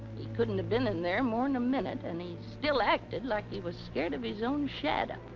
he couldn't have been in there more than a minute and he still acted like he was scared of his own shadow.